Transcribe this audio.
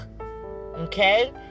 Okay